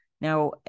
Now